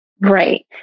Right